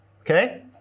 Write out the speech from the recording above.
Okay